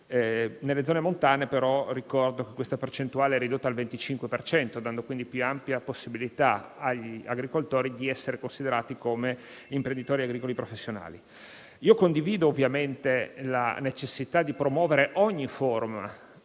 nelle zone montane questa percentuale è ridotta al 25 per cento, dando quindi una più ampia possibilità agli agricoltori di essere considerati come imprenditori agricoli professionali. Condivido ovviamente la necessità di promuovere ogni forma di